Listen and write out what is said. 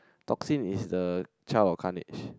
toxin is the child of Carnage